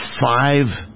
five